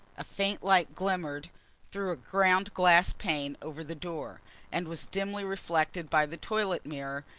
a faint light glimmered through a ground-glass pane over the door and was dimly reflected by the toilet mirror,